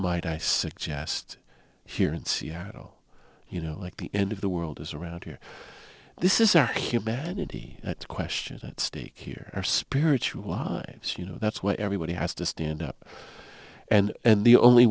might i suggest here in seattle you know like the end of the world is around here this is our humanity that's questions at stake here our spiritual lives you know that's why everybody has to stand up and the only